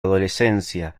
adolescencia